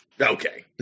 okay